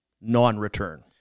non-return